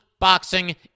Boxing